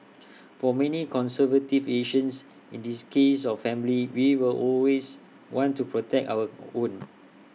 for many conservative Asians in this case of family we will always want to protect our own